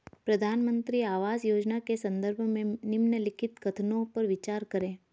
प्रधानमंत्री आवास योजना के संदर्भ में निम्नलिखित कथनों पर विचार करें?